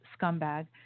scumbag